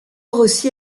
rossi